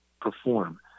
perform